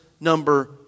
number